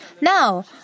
Now